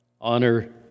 Honor